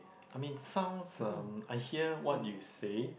I mean sounds um I hear what you say